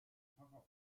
pharao